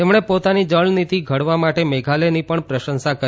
તેમણે પોતાની જળ નીતી ઘડવા માટે મેઘાલયની પણ પ્રશંસા કરી